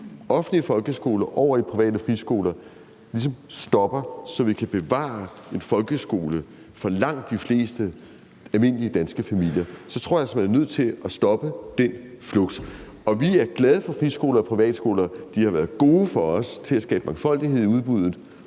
offentlige folkeskole over i private friskoler ligesom stopper, så vi kan bevare en folkeskole for langt de fleste almindelige danske familier, tror jeg altså, man er nødt til at gøre noget for at stoppe den flugt. Vi er glade for friskoler og privatskoler; de har været gode for os til at skabe mangfoldighed i udbuddet.